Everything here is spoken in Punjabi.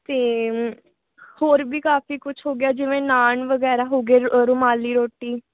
ਅਤੇ ਹੋਰ ਵੀ ਕਾਫ਼ੀ ਕੁਛ ਹੋ ਗਿਆ ਜਿਵੇਂ ਨਾਨ ਵਗੈਰਾ ਹੋ ਗਏ ਰੁ ਅ ਰੁਮਾਲੀ ਰੋਟੀ